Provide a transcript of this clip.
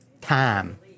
time